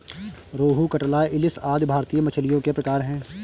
रोहू, कटला, इलिस आदि भारतीय मछलियों के प्रकार है